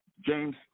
James